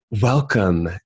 Welcome